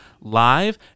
Live